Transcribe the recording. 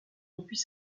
depuis